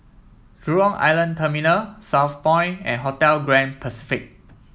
Jurong Island Terminal Southpoint and Hotel Grand Pacific